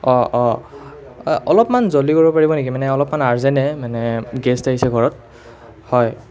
অঁ অঁ অলপমান জল্ডি কৰিব পাৰিব নেকি মানে অলপমান আৰজেণেই মানে গেষ্ট আহিছে ঘৰত হয়